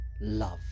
love